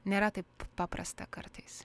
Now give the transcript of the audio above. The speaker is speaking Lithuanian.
nėra taip paprasta kartais